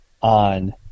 on